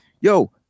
Yo